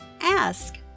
ask